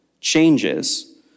changes